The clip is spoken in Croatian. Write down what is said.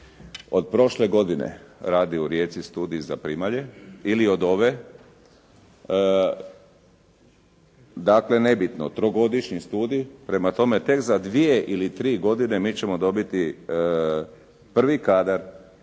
Od prošle godine radi u Rijeci Studij za primalje ili od ove, dakle nebitno, trogodišnji studij. Prema tome, tek za dvije ili tri godine mi ćemo dobiti prvi kadar,